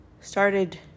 started